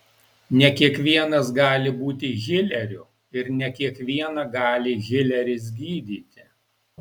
ne kiekvienas gali būti hileriu ir ne kiekvieną gali hileris gydyti